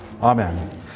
Amen